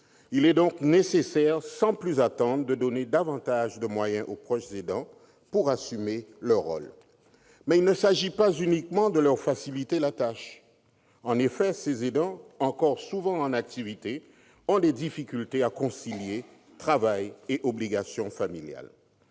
Il est donc nécessaire de donner sans plus attendre davantage de moyens aux proches aidants pour assumer leur rôle. Toutefois, il ne s'agit pas uniquement de leur faciliter la tâche. En effet, ces aidants, encore souvent en activité, éprouvent des difficultés à concilier travail et obligations familiales.